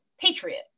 patriot